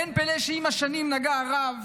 אין פלא שעם השנים נגע הרב,